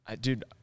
dude